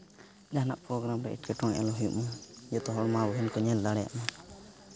ᱡᱟᱦᱟᱱᱟᱜ ᱯᱨᱳᱜᱨᱟᱢ ᱨᱮ ᱮᱴᱠᱮᱴᱚᱬᱮ ᱟᱞᱚ ᱦᱩᱭᱩᱜᱢᱟ ᱡᱚᱛᱚ ᱦᱚᱲ ᱢᱟ ᱵᱚᱦᱤᱱ ᱠᱚ ᱧᱮᱞ ᱫᱟᱲᱮᱭᱟᱢᱟ